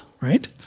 right